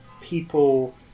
people